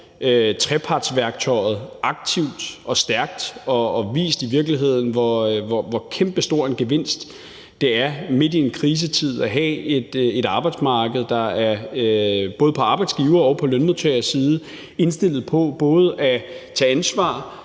trepartsværktøjet aktivt og stærkt og i virkeligheden vist, hvor kæmpestor en gevinst det er midt i en krisetid at have et arbejdsmarked, der både på arbejdsgiver- og på lønmodtagerside er indstillet på både at tage ansvar,